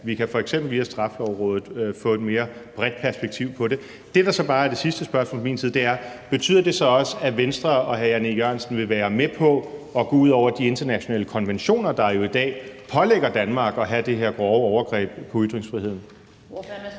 vi f.eks. via Straffelovrådet kan få et mere bredt perspektiv på det. Det, der så bare er det sidste spørgsmål fra min side, er: Betyder det så også, at Venstre og hr. Jan E. Jørgensen vil være med til at gå ud over de internationale konventioner, der jo i dag pålægger Danmark at udøve det her grove overgreb på ytringsfriheden?